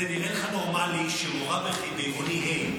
זה נראה לך נורמלי שמורה בעירוני ה',